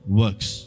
works